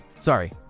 Sorry